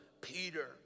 Peter